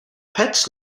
pets